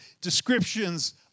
descriptions